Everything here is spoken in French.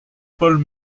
paul